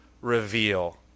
reveal